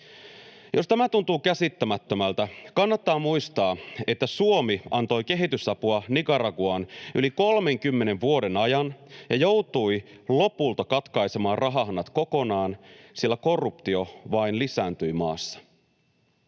Jos tämä tuntuu käsittämättömältä, kannattaa muistaa, että Suomi antoi kehitysapua Nicaraguaan yli 30 vuoden ajan ja joutui lopulta katkaisemaan rahahanat kokonaan, sillä korruptio vain lisääntyi maassa.